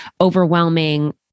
overwhelming